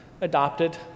adopted